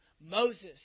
Moses